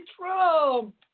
Trump